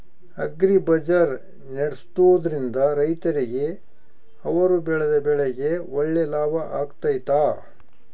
Agri ಬಜಾರ್ ನಡೆಸ್ದೊರಿಂದ ರೈತರಿಗೆ ಅವರು ಬೆಳೆದ ಬೆಳೆಗೆ ಒಳ್ಳೆ ಲಾಭ ಆಗ್ತೈತಾ?